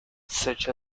such